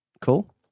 cool